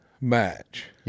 match